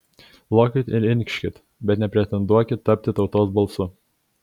lokit ir inkškit bet nepretenduokit tapti tautos balsu